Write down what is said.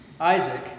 Isaac